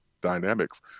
dynamics